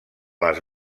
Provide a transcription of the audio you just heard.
les